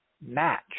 match